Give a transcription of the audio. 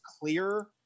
clear